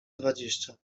dwadzieścia